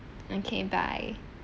okay bye